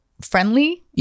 Friendly